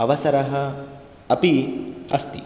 अवसरः अपि अस्ति